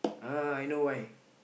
uh I know why